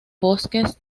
bosques